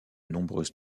nombreuses